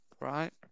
right